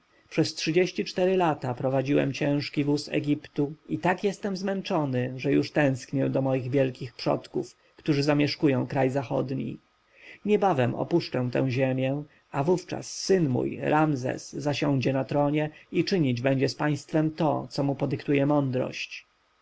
przez trzydzieści cztery lata prowadziłem ciężki wóz egiptu i tak jestem zmęczony że już tęsknię do moich wielkich przodków którzy zamieszkują kraj zachodni niebawem opuszczę tę ziemię a wówczas syn mój ramzes zasiądzie na tronie i czynić będzie z państwem to co mu podyktuje mądrość